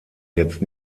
jetzt